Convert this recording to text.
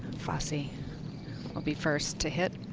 fassi will be first to hit.